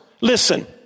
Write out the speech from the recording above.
listen